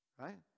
right